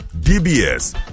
DBS